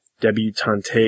debutante